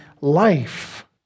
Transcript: life